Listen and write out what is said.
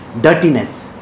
Dirtiness